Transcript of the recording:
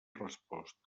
resposta